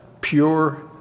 pure